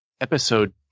episode